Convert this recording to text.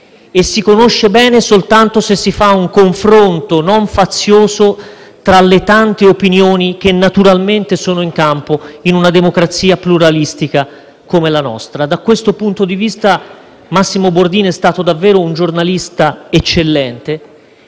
e si conosce bene soltanto se si fa un confronto non fazioso tra le tante opinioni che naturalmente sono in campo, in una democrazia pluralistica come la nostra. Da questo punto di vista, è stato davvero un giornalista eccellente